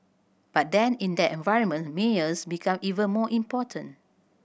but then in that environment mayors become even more important